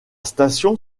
station